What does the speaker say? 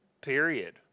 period